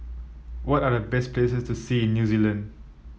what are the best places to see in New Zealand